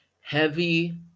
heavy